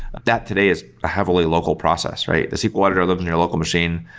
that today is heavily local process, right? the sql editor lives in your local machine.